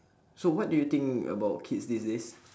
so what do you think about kids these days